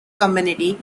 community